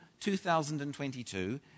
2022